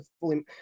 fully